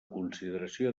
consideració